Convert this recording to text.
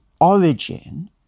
origin